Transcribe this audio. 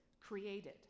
created